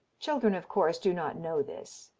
children, of course, do not know this.